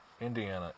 Indiana